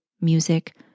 music